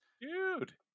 dude